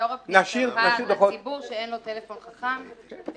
אורי מקלב (יו"ר ועדת המדע והטכנולוגיה): אתם עושים